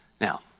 Now